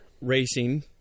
racing